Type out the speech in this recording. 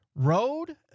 Road